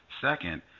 Second